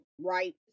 right